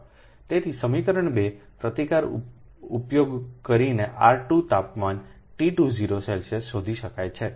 તેથી સમીકરણ 2 પ્રતિકાર ઉપયોગ કરીનેR2તાપમાનેT20સેલ્સિયસ શોધી શકાય છે